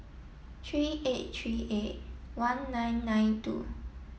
three eight three eight one nine nine two